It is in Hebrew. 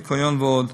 ניקיון ועוד.